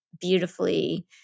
beautifully